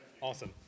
Awesome